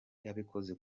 yabikoze